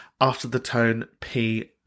afterthetonep